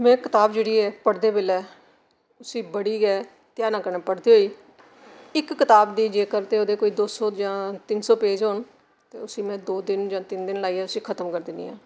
में कताब जेह्ड़ी ऐ पढ़दे बेल्लै उसी बड़ी गै ध्याना कन्नै पढ़दे होई इक कताब दी जेकर दो सौ जां तीन सौ पेज होन उसी में दो दिन जां तिन दिन लाइयै उसी खत्म करी दिन्नियां